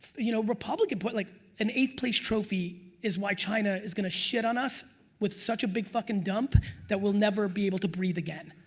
you know republican. like an eighth place trophy is why china is gonna shit on us with such a big fuckin' dump that we'll never be able to breathe again.